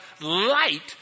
light